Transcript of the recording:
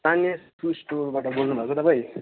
तानिया सु स्टोरबाट बोल्नु भएको तपाईँ